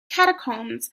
catacombs